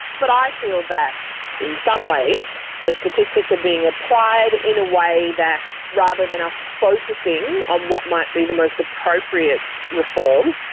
but i feel that in some ways the statistics are being applied in a way that, rather than us focusing on what might be the most appropriate appropriate reform,